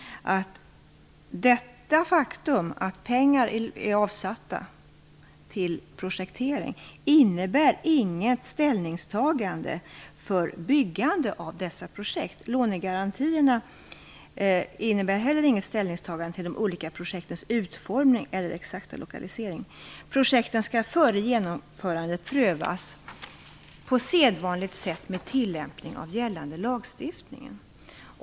Det faktum att pengar är avsatta till projektering innebär inget ställningstagande för byggande av dessa projekt. Lånegarantierna innebär inte heller något ställningstagande till de olika projektens utformning eller exakta lokalisering. Projekten skall prövas före genomförandet på sedvanligt sätt med tillämpning av gällande lagstiftning.